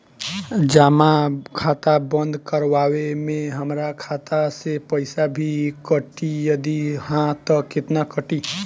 जमा खाता बंद करवावे मे हमरा खाता से पईसा भी कटी यदि हा त केतना कटी?